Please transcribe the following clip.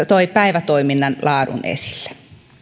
toi päivätoiminnan laadun esille